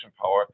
power